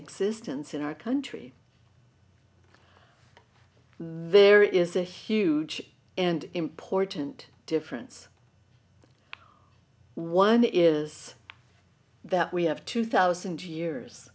existence in our country there is a huge and important difference one is that we have two thousand years